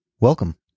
Welcome